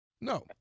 No